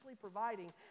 providing